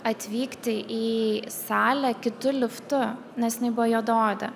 atvykti į salę kitu liftu nes jinai buvo juodaodė